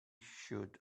should